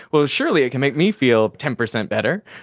well surely it can make me feel ten percent better.